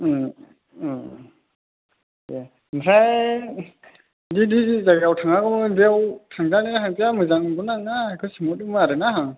दे ओमफ्राय बेबायदि जायगायाव थाङाब्लाबो बेव थांजाना थांजाया मोजां नंगौना नङा बेखौसो सोंहरदोंमोन आरोना आं